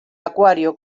acuario